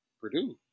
Purdue